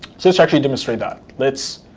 so let's actually demonstrated that. let's,